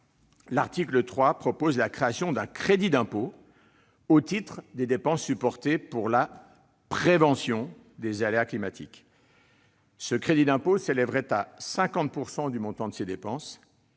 l'article 3 vise à créer un crédit d'impôt au titre des dépenses supportées pour la prévention des aléas climatiques. Ce crédit d'impôt s'élèverait à 50 % du montant de ces dépenses.